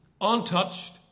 untouched